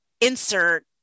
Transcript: insert